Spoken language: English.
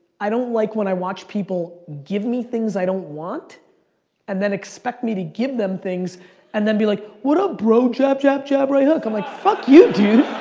i don't like when i watch people give me things i don't want and then expect me to give them things and then be like, what up, bro? jab, jab, jab, right hook i'm like, fuck you dude.